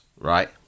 right